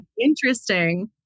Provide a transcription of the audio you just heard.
interesting